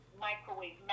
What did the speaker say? microwave